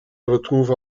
retrouve